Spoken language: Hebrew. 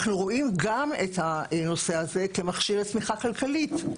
אנחנו רואים גם את הנושא הזה כמכשיר לצמיחה כלכלית,